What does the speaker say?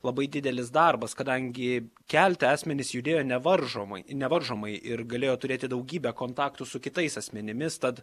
labai didelis darbas kadangi kelte asmenys judėjo nevaržomai nevaržomai ir galėjo turėti daugybę kontaktų su kitais asmenimis tad